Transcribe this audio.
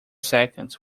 seconds